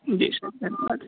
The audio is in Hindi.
जी सर धन्यवाद